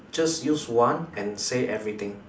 just use one and say everything